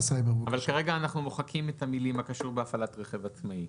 כרגע אנחנו מוחקים את המילים "הקשור בהפעלת רכב עצמאי".